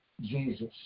Jesus